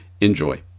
Enjoy